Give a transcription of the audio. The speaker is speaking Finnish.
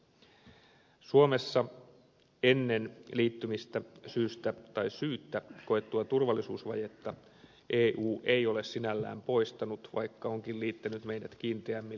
suomessa ennen liittymistä syystä tai syyttä koettua turvallisuusvajetta eu ei ole sinällään poistanut vaikka onkin liittänyt meidät kiinteämmin läntisiin organisaatioihin